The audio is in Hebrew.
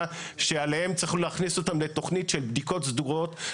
שעליהם צריך להכניס אותם לתכנית של בדיקות סדורות.